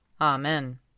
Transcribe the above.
Amen